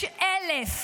יש אלף,